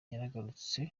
yaragarutse